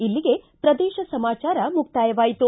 ಇಲ್ಲಿಗೆ ಪ್ರದೇಶ ಸಮಾಚಾರ ಮುಕ್ತಾಯವಾಯಿತು